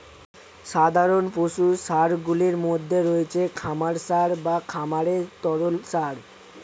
সাধারণ পশু সারগুলির মধ্যে রয়েছে খামার সার বা খামারের তরল সার